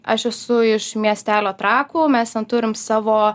aš esu iš miestelio trakų mes ten turim savo